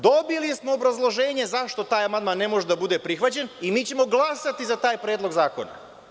Dobili smo obrazloženje zašto taj amandman ne može da bude prihvaćen i mi ćemo glasati za taj predlog zakona.